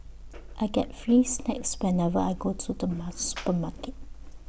I get free snacks whenever I go to the supermarket